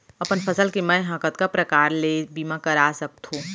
अपन फसल के मै ह कतका प्रकार ले बीमा करा सकथो?